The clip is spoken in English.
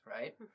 right